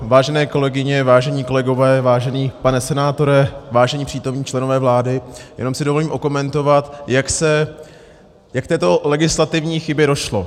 Vážené kolegyně, vážení kolegové, vážený pane senátore, vážení přítomní členové vlády, jenom si dovolím okomentovat, jak k této legislativní chybě došlo.